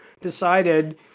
decided